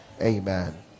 Amen